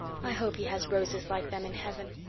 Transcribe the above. i hope he has roses like them in heaven.